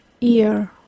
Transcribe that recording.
ear